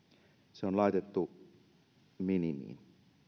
se on laitettu minimiin